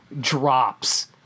drops